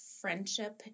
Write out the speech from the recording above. friendship